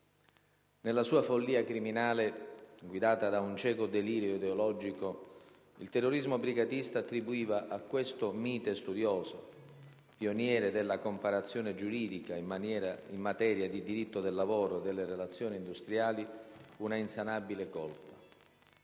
Nella sua follia criminale, guidata da un cieco delirio ideologico, il terrorismo brigatista attribuiva a questo mite studioso, pioniere della comparazione giuridica in materia di diritto del lavoro e delle relazioni industriali, una insanabile colpa.